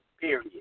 period